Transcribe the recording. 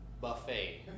Buffet